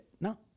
No